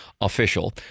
official